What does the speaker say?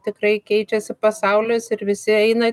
tikrai keičiasi pasaulis ir visi eina